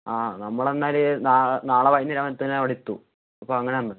ആ നമ്മളെന്നാല് നാളെ വൈകുന്നേരമാകുമ്പോഴത്തേക്കും അവിടെയെത്തും അപ്പോള് അങ്ങനെ തന്നാല് മതി